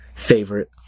favorite